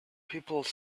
people